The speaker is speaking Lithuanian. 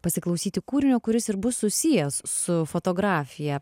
pasiklausyti kūrinio kuris ir bus susijęs su fotografija